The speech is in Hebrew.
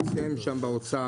אתם שם באוצר,